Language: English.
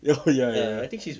ya ya ya